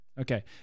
okay